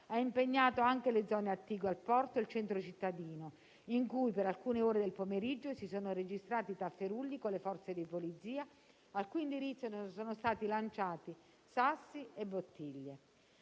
ha impegnato anche le zone attigue al porto e il centro cittadino in cui, per alcune ore del pomeriggio, si sono registrati tafferugli con le Forze di polizia al cui indirizzo sono stati lanciati sassi e bottiglie.